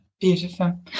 Beautiful